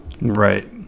Right